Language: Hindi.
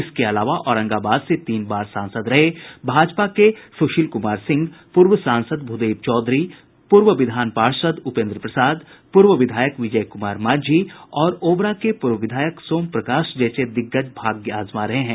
इसके अलावा औरंगाबाद से तीन बार सांसद रहे भाजपा के सुशील कुमार सिंह पूर्व सांसद भूदेव चौधरी पूर्व विधान पार्षद् उपेंद्र प्रसाद पूर्व विधायक विजय कुमार मांझी और ओबरा के पूर्व विधायक सोम प्रकाश जैसे दिग्गज भाग्य आजमा रहे हैं